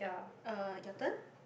uh your turn